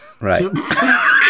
Right